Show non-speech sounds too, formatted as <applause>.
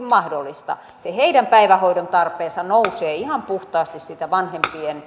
<unintelligible> mahdollista se heidän päivähoidon tarpeensa nousee ihan puhtaasti siitä vanhempien